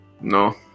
No